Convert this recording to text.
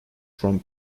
from